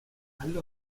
allo